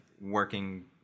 working